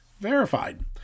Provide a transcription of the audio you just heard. verified